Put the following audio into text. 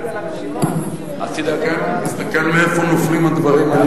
הסתכלתי על הרשימה, תסתכל מאיפה הדברים נופלים.